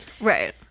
Right